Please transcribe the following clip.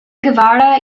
guevara